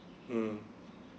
mm